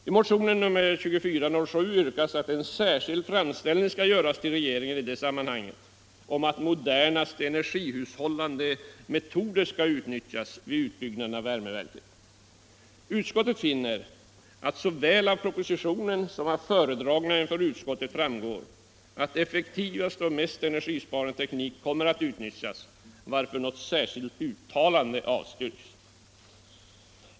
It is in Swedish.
I motion nr 2407 yrkas att en särskild framställning skall göras till regeringen i detta sammanhang om att modernaste energihushållande metoder skall utnyttjas vid utbyggnaden av värmeverket. Utskottet finner att såväl av propositionen som av föredragningar inför utskottet framgår att effektivaste och mest energisparande teknik kommer att utnyttjas, varför ett särskilt uttalande avstyrks.